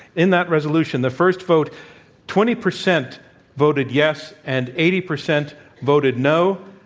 in that resolution, the first vote twenty percent voted yes and eighty percent voted no.